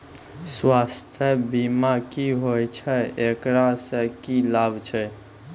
स्वास्थ्य बीमा की होय छै, एकरा से की लाभ छै?